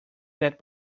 that